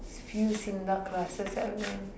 few S_I_N_D_A classes I went